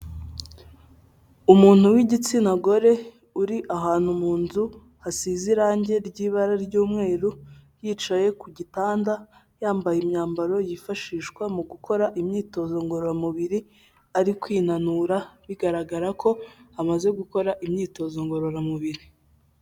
Umuntu w'igitsina gore uri ahantu mu nzu hasize irangi ry'ibara ry'umweru, yicaye ku gitanda, yambaye imyambaro yifashishwa mu gukora imyitozo ngororamubiri, ari kwinanura, bigaragara ko amaze gukora imyitozo ngororamubiri.